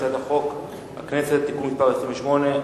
הצעת חוק הכנסת (תיקון מס' 28),